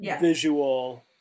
visual